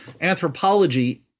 anthropology